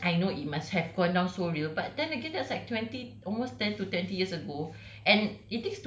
ya at that moment I know it must have gone down so real but then again that's like twenty almost ten to twenty years ago